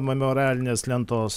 memorialinės lentos